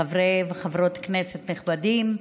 חברי וחברות כנסת נכבדים,